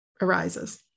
arises